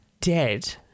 dead